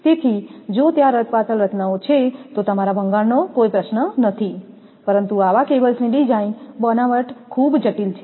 તેથી જો ત્યાં રદબાતલ રચનાઓ છે તો તમારા ભંગાણનો કોઈ પ્રશ્ન નથી પરંતુ આવા કેબલ્સની ડિઝાઇન બનાવટ ખૂબ જટિલ છે